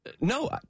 No